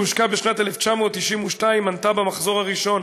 שהושקה בשנת 1992 ויועדה לחבר המדינות,